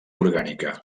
orgànica